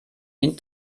den